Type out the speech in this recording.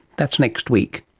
that's next week